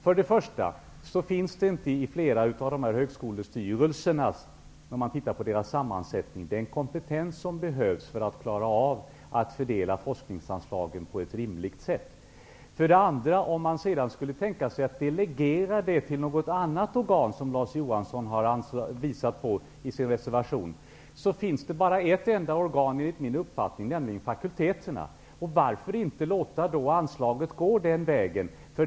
För det första finns det inte i flera av dessa högskolestyrelser den kompetens som behövs för att klara av att fördela forskningsanslagen på ett rimligt sätt. För det andra, om man skulle tänka sig att delegera ansvaret till något annat organ, som Larz Johansson visar på i sin reservation, finns det enligt min uppfattning bara ett enda organ att delegera till, nämligen fakulteterna. Varför inte låta anslagen gå den vägen?